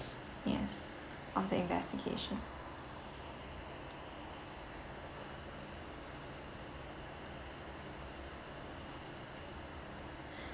yes also investigation